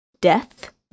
death